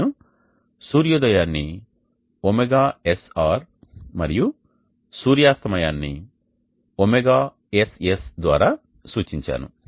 నేను సూర్యోదయాన్ని ωSR మరియు సూర్యాస్తమయాన్నిωSS ద్వారా సూచించాను